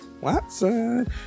Watson